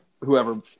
whoever